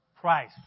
price